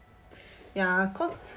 ya cause